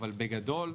אבל בגדול,